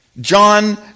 John